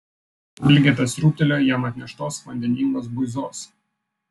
elgeta sriūbtelėjo jam atneštos vandeningos buizos